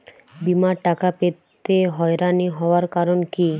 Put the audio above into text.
বিমার টাকা পেতে হয়রানি হওয়ার কারণ কি?